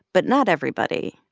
but not everybody.